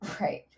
Right